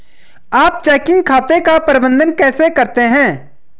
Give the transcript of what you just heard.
आप चेकिंग खाते का प्रबंधन कैसे करते हैं?